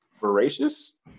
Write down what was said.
voracious